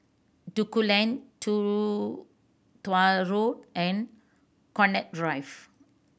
Duku Lane Two Tuah Road and Connaught Drive